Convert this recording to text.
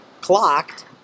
clocked